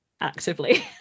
actively